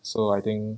so I think